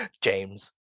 James